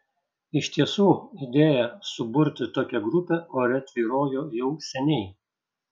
iš tiesų idėja suburti tokią grupę ore tvyrojo jau seniai